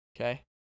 Okay